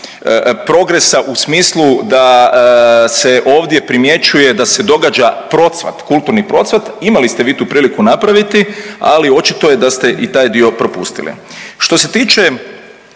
progresa u smislu da se ovdje primjećuje da se događa procvat, kulturni procvat. Imali sve vi tu priliku napraviti, ali očito je da ste i taj dio propustili. Što se tiče,